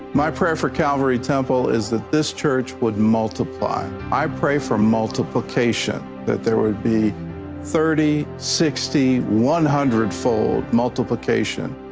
my prayer for calgary temple is that this church would multiply. i pray for multiplication, that there would be thirty, sixty, one hundred fold multiplication.